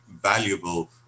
valuable